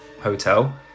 hotel